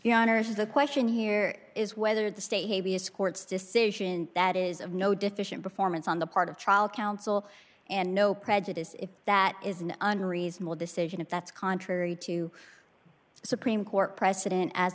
really the question here is whether the state courts decision that is of no deficient performance on the part of trial counsel and no prejudice if that is an unreasonable decision if that's contrary to supreme court precedent as